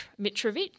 Mitrovic